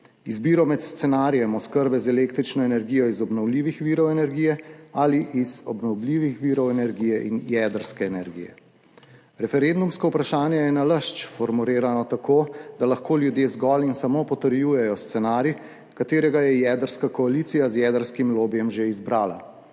izbiro med scenarijem oskrbe z električno energijo iz obnovljivih virov energije ali iz obnovljivih virov energije in jedrske energije. Referendumsko vprašanje je nalašč formulirano tako, da lahko ljudje zgolj in samo potrjujejo scenarij, ki ga je jedrska koalicija z jedrskim lobijem že izbrala.